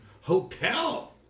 hotel